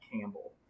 Campbell